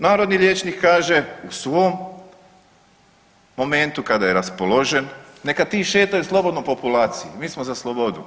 Narodni liječnik kaže u svom momentu kada je raspoložen neka ti šetaju slobodno populaciji, mi smo za slobodu.